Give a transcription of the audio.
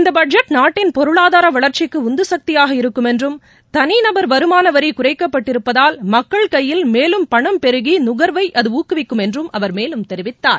இந்த பட்ஜெட் நாட்டின் பொருளாதார வளர்ச்சிக்கு உந்துசக்தியாக இருக்கும் என்றும் தனிநபர் வருமான வரி குறைக்கப்பட்டிருப்பதால் மக்கள் கையில் மேலும் பணம் பெருகி நுகர்வை அது ஊக்குவிக்கும் என்றும் அவர் மேலும் தெரிவித்தார்